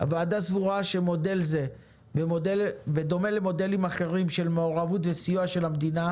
הוועדה סבורה שמודל זה בדומה למודלים אחרים של מעורבות וסיוע של המדינה,